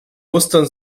mustern